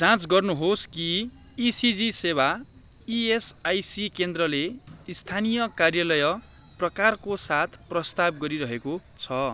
जाँच गर्नुहोस् कि इसिजी सेवा इएसआइसी केन्द्रले स्थानीय कार्यालय प्रकारको साथ प्रस्ताव गरिरहेको छ